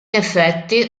effetti